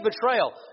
betrayal